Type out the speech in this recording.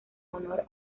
honor